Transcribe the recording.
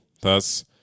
thus